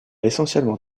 essentiellement